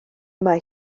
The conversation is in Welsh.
mae